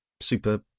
Super